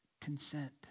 consent